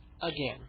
again